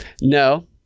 No